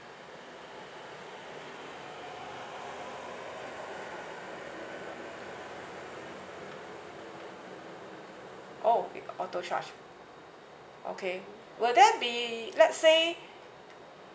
oh auto charge okay will there be let's say